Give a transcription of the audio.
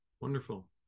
Wonderful